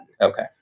Okay